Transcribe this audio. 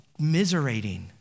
miserating